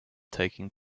taking